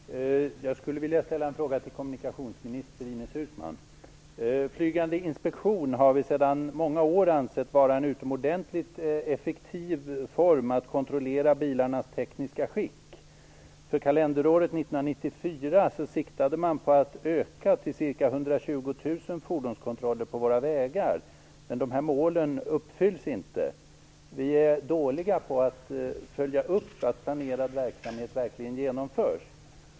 Fru talman! Jag skulle vilja ställa en fråga till kommunikationsminister Ines Uusmann. Flygande inspektion har vi i många år ansett vara en utomordentligt effektiv form för att kontrollera bilarnas tekniska skick. För kalenderåret 1994 siktade man på att öka till ca 120 000 fordonskontroller på våra vägar, men dessa mål uppfylls inte. Vi är dåliga på att följa upp att planerad verksamhet verkligen genomförs.